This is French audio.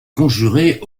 conjurés